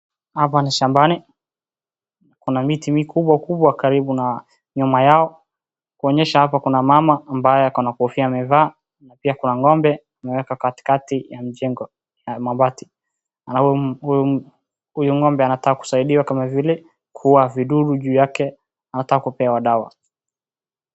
Hapa ni shambani, kuna miti mikubwa mikubwa karibu na nyuma yao, kuonyesha hapa kuna mama ambaye ako na kofia amevaa, na pia kuna ng'ombe, amekwa katikati ya mjengo ya mabati. Halafu huyo ng'ombe anataka kusaidiwa kama vile, kuua vidudu juu yake, hata kupewa dawa.